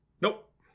Nope